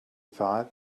thought